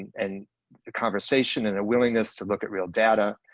and a conversation and a willingness to look at real data,